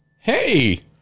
Hey